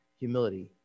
humility